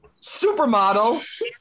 Supermodel